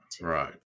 right